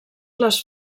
les